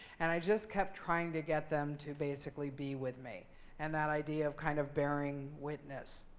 and i just kept trying to get them to, basically, be with me and that idea of kind of bearing witness.